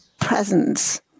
presence